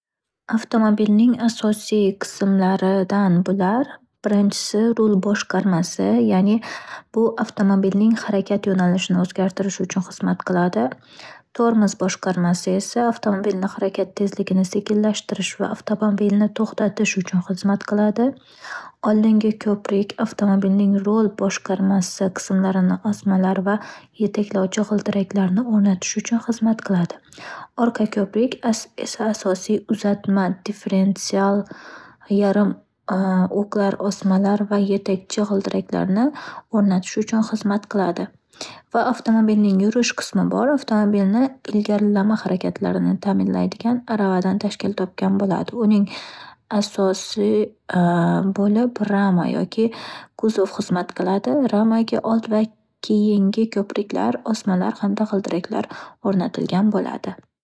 Avtomobilning asosiy qismlaridan bular: birinchisi rul boshqarmasi ya'ni bu avtomobilning harakat yo'nalishini o'zgartirish uchun xizmat qiladi. Tormoz boshqarmasi esa avtomobilni harakat tezligini sekinlashtirish va avtomobilni to'xtatish uchun xizmat qiladi. Oldingi ko'prik avtomobilning rol boshqarmasini qismlarini osmalar va yetaklovchi g'ildiraklarni o'rnatish uchun xizmat qiladi. Orqa ko'prik as- esa asosiy uzatma differensiyal yarim o'qlar osmalar va yetakchi g'ildiraklarni o'rnatish uchun xizmat qiladi. Va avtomobilning yurish qismi bor. Avtomobilni ilgarilama harakatlarini ta'minlaydigan aravadan tashkil topgan bo'ladi. Uning asosi bo'lib rama yoki kuzov xizmat qiladi. Ramaga old va keyingi ko'priklar, osmalar hamda g'ildiraklar xizmat qiladi.